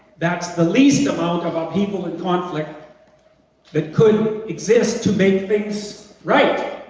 that's the least amount of upheaval and conflict that could exist to make things right